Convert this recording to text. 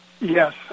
Yes